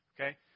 okay